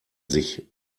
sich